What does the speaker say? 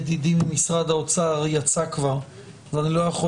ידידי ממשרד האוצר יצא כבר ואני לא יכול